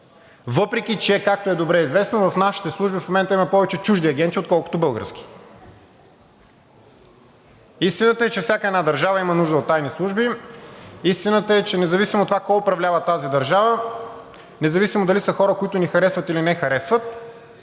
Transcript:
Въпреки че, както е добре известно, в нашите служби в момента има повече чужди агенти, отколкото български. Истината е, че всяка една държава има нужда от тайни служби. Истината е, че независимо от това кой управлява тази държава, независимо дали са хора, които ни харесват, или не ни харесват,